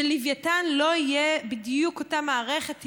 שבלווייתן לא תהיה בדיוק אותה מערכת,